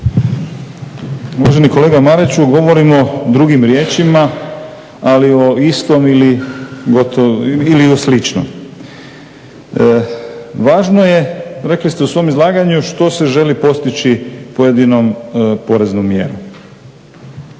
Uvaženi kolega Mariću, govorimo drugim riječima ali o istom ili o sličnom. Važno je rekli ste u svom izlaganju što se želi postići pojedinom poreznom mjerom.